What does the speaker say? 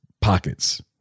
pockets